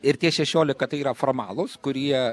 ir tie šešiolika tai yra formalūs kurie